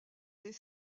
des